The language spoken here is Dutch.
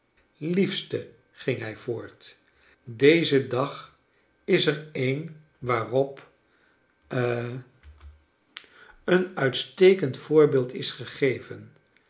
liefste ging hij voort deze dag is er een waarop ha een kleine dorrit uitstekend voorbeeld is gegeven